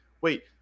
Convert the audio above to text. wait